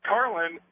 Carlin